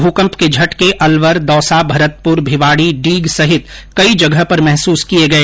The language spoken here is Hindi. भूकंप के झटके अलवर दौसा भरतपुर भिवाड़ी डीग सहित कई जगह पर महसूस किए गए